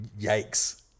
Yikes